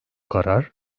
karar